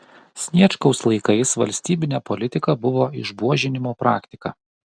sniečkaus laikais valstybine politika buvo išbuožinimo praktika